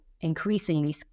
increasingly